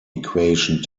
equation